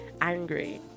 angry